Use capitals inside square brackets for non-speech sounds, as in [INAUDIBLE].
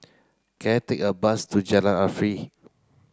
can I take a bus to Jalan [UNINTELLIGIBLE]